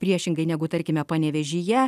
ir priešingai negu tarkime panevėžyje